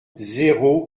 zéro